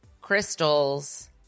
crystals